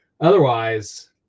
Otherwise